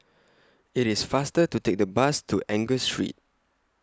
IT IS faster to Take The Bus to Angus Street